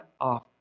off